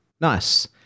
Nice